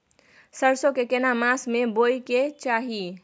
सरसो के केना मास में बोय के चाही?